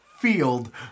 Field